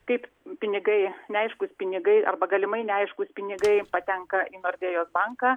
kaip pinigai neaiškūs pinigai arba galimai neaiškūs pinigai patenka į nordėjos banką